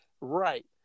Right